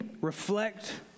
reflect